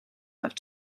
love